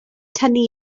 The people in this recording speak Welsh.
tynnu